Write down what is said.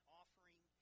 offering